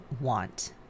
want